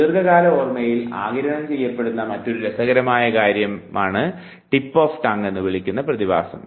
ദീർഘകാല ഓർമ്മയിൽ ആഗിരണം ചെയ്യപ്പെടുന്ന മറ്റൊരു രസകരമായ കാര്യമാണ് നാവിൻറെ തുമ്പത്ത് എന്ന് വിളിക്കുന്ന പ്രതിഭാസം